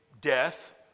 death